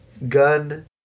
Gun